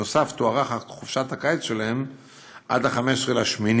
נוסף על כך, תוארך חופשת הקיץ שלהם עד 15 באוגוסט.